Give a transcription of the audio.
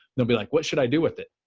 they'll be like, what should i do with it?